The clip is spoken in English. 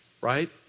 right